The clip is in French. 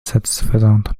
satisfaisante